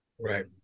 right